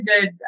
good